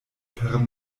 per